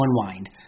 unwind